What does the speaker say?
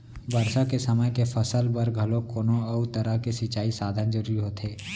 बरसा के समे के फसल बर घलोक कोनो अउ तरह के सिंचई साधन जरूरी होथे